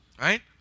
right